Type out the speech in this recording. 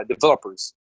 developers